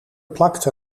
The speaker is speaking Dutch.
plakte